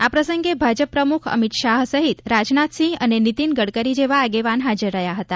આ પ્રસંગે ભાજપ પ્રમુખ અમિત શાહ સહિત રાજનાથસિંહ અને નીતિન ગડકરી જેવા આગેવાન હાજર હતા